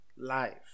life